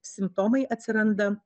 simptomai atsiranda